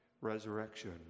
resurrection